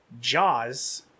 Jaws